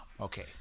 Okay